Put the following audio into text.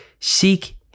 seek